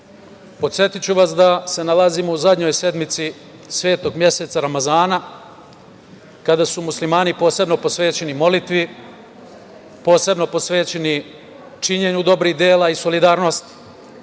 podsetiću vas da se nalazimo u zadnjoj sedmici svetog meseca Ramazana, kada su muslimani posebno posvećeni molitvi, posebno posvećeni činjenju dobrih dela i solidarnosti.Međutim,